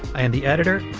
i am the editor.